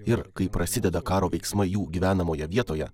ir kai prasideda karo veiksmai jų gyvenamoje vietoje